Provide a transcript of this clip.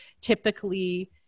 typically